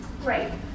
Great